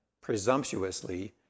presumptuously